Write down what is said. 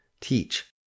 teach